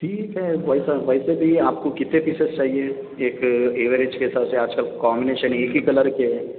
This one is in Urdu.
ٹھیک ہے ویسا ویسے بھی یہ آپ کو کتنے پیسز چاہیے ایک ایوریج کے حساب سے آج کل کامبینیشن ایک ہی کلر کے